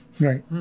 Right